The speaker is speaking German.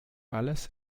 alles